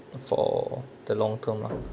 for the long term lah